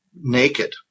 naked